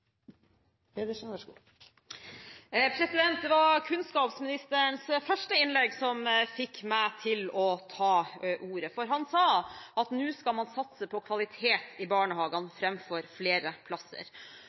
Det var kunnskapsministerens første innlegg som fikk meg til å ta ordet, for han sa at nå skal man satse på kvalitet i